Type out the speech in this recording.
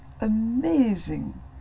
amazing